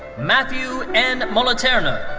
matthew n. moliterno.